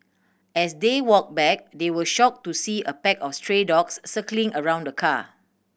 as they walked back they were shocked to see a pack of stray dogs circling around the car